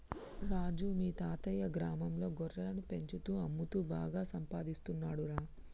రాజు మీ తాతయ్యా గ్రామంలో గొర్రెలను పెంచుతూ అమ్ముతూ బాగా సంపాదిస్తున్నాడురా